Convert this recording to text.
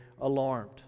alarmed